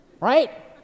Right